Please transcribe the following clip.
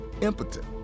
impotent